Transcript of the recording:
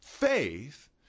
faith